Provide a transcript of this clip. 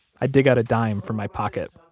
i dig out a dime from my pocket.